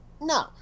No